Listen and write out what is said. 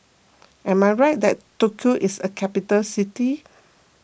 am I right that Tokyo is a capital city